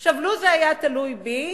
לו זה היה תלוי בי,